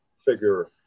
figure